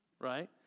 right